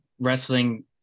wrestling